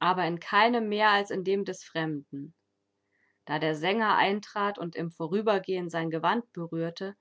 aber in keinem mehr als in dem des fremden da der sänger eintrat und im vorübergehen sein gewand berührte